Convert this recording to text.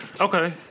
Okay